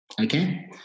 Okay